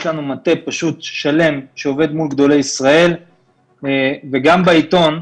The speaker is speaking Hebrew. יש לנו מטה שלם שעובד מול גדולי ישראל וגם בעיתון,